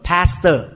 Pastor